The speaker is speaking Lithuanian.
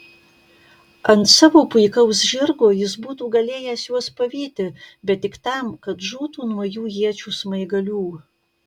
ant savo puikaus žirgo jis būtų galėjęs juos pavyti bet tik tam kad žūtų nuo jų iečių smaigalių